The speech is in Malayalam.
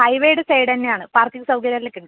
ഹൈ വേടെ സൈഡന്നെയാണ് പാർക്കിങ്ങ് സൗകര്യങ്ങളെല്ലാമുണ്ട്